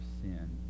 sin